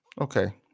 Okay